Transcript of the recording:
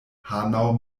hanau